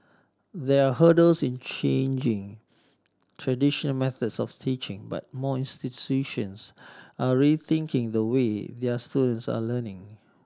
there are hurdles in changing traditional methods of teaching but more institutions are rethinking the way their students are learning